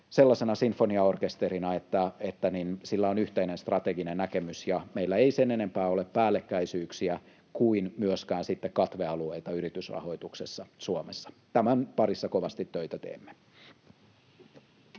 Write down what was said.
sellaisena sinfoniaorkesterina, että sillä on yhteinen strateginen näkemys ja meillä ei sen enempää ole päällekkäisyyksiä kuin myöskään katvealueita yritysrahoituksessa Suomessa. Tämän parissa kovasti töitä teemme.